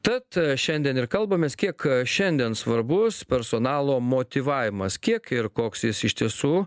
tad šiandien ir kalbamės kiek šiandien svarbus personalo motyvavimas kiek ir koks jis iš tiesų